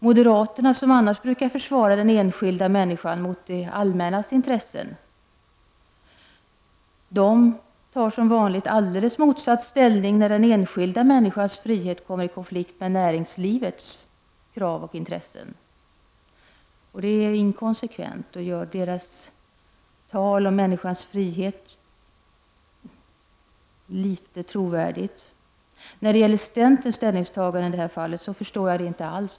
Moderaterna, som annars brukar försvara den enskilda människan mot det allmännas intresse, har som vanligt en helt motsatt inställning när den enskilda människans frihet kommer i konflikt med näringslivets krav och intressen. Det är inkonsekvent och gör inte deras tal om människans frihet så trovärdigt. Centerpartisternas ställningstagande förstår jag inte alls.